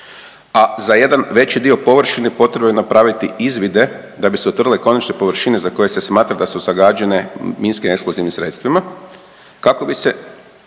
a za jedan veći dio površine potrebno je napraviti izvide da bi se utvrdile konačne površine za koje se smatra da su zagađene minskim eksplozivnim sredstvima kako bi se